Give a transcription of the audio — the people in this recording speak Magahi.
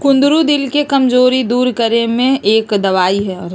कुंदरू दिल के कमजोरी दूर करे में एक दवाई हई